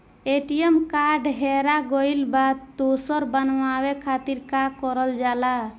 ATM card हेरा गइल पर दोसर बनवावे खातिर का करल जाला?